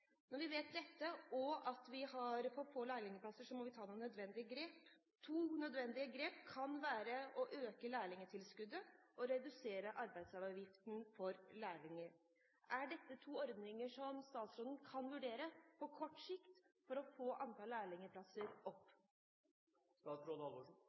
Når vi vet dette, og at vi har for få lærlingplasser, må vi ta noen nødvendige grep. To nødvendige grep kan være å øke lærlingtilskuddet og redusere arbeidsavgiften for lærlinger. Er dette to ordninger som statsråden kan vurdere på kort sikt for å få